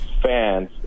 fans